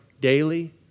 daily